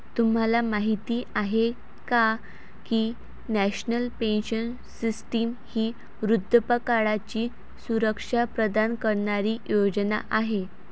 तुम्हाला माहिती आहे का की नॅशनल पेन्शन सिस्टीम ही वृद्धापकाळाची सुरक्षा प्रदान करणारी योजना आहे